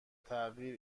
تغییر